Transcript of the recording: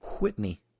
Whitney